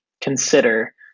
consider